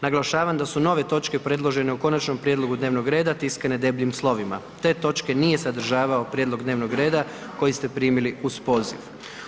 Naglašavam da su nove točke predložene u Konačnom prijedlogu dnevnog reda tiskane debljim slovima, te točke nije sadržavao prijedlog dnevnog reda koji ste primili uz poziv.